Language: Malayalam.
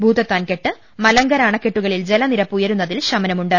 ഭൂതത്താൻകെട്ട് മലങ്കര അണക്കെട്ടു കളിൽ ജലനിരപ്പ് ഉയരുന്നതിൽ ശുമനമുണ്ട്